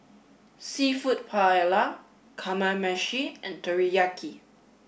seafood Paella Kamameshi and Teriyaki